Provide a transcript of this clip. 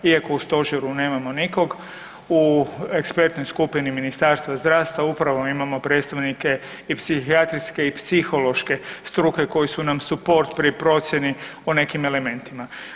Iako u stožeru nemamo nikog u ekspertnoj skupini Ministarstva zdravstva upravo imamo predstavnike i psihijatrijske i psihološke struke koji su nam suport pri procjeni o nekim elementima.